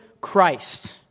Christ